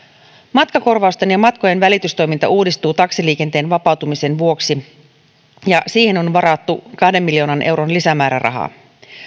matkakorvausten ja matkojen välitystoiminta uudistuu taksiliikenteen vapautumisen vuoksi ja siihen on varattu kahden miljoonan euron lisämääräraha